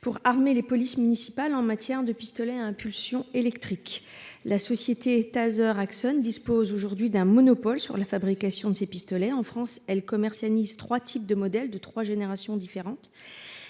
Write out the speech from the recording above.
pour armer les polices municipales en pistolets à impulsion électrique (PIE). La société Taser-Axon dispose d'un monopole sur la fabrication de ces pistolets. En France, elle commercialise trois modèles, de trois générations différentes.